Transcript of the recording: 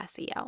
SEO